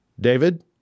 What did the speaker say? David